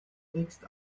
wächst